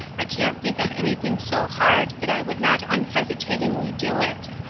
i can't think of anything so hard that i would not unhesitatingly do it.